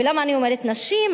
ולמה אני אומרת נשים?